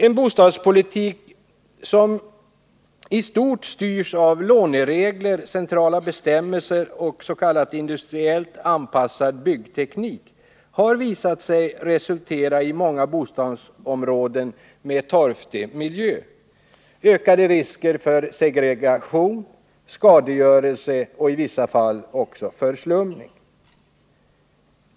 En bostadspolitik som i stort styrs av låneregler, centrala bestämmelser och s.k. industriellt anpassad byggteknik har visat sig resultera i många bostadsområden med torftig miljö, ökade risker för segregation, skadegörelse och i vissa fall också förslumning.